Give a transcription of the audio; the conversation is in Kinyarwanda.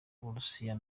burusiya